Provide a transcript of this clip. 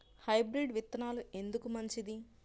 Hybrid విత్తనాలు ఎందుకు మంచిది?